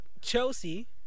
Chelsea